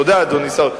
תודה, אדוני שר האוצר.